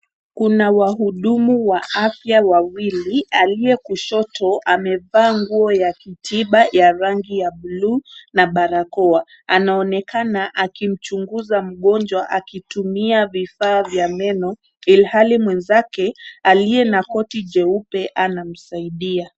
Kuna wahudumu wa afya wawili. Aliye kushoto amevaa nguo ya kijiba ya rangi ya buluu na barakoa. Anaonekana akiuchunguza mgonjwa akitumia vifaa vya meno ilhali mwenzake aliye na koti jeupe anamsaidia.